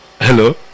Hello